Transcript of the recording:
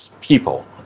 people